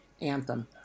anthem